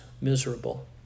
miserable